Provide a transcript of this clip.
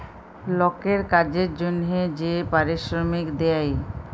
লকের কাজের জনহে যে পারিশ্রমিক দেয়